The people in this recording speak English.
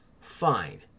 Fine